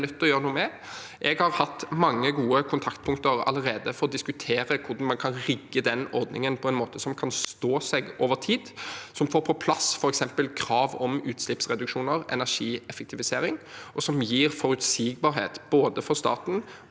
Jeg har hatt mange gode kontaktpunkter allerede for å diskutere hvordan man kan rigge den ordningen på en måte som kan stå seg over tid, som får på plass f.eks. krav om utslippsreduksjoner og energieffektivisering, og som gir forutsigbarhet både for staten og for